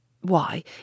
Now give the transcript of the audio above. Why